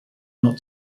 not